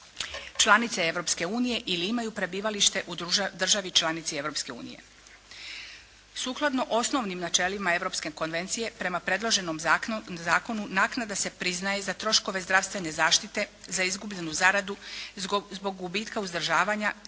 unije ili imaju prebivalište u državi članici Europske unije. Sukladno osnovnim načelima europske konvencije prema predloženom zakonu naknada se priznaje za troškove zdravstvene zaštite, za izgubljenu zaradu, zbog gubitka uzdržavanja